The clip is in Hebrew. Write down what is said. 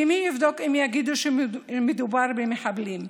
כי מי יבדוק אם יגידו שמדובר במחבלים,